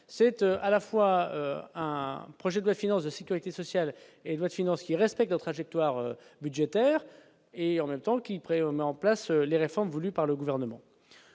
cette à la fois un projet de loi finance de sécurité sociale et Édouard finance, qui respecte la trajectoire budgétaire et en même temps qu'met en place les réformes voulues par le gouvernement.